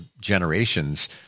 generations